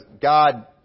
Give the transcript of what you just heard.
God